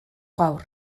gaur